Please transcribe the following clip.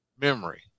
memory